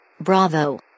Bravo